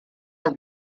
are